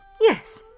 Yes